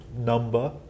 number